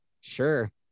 sure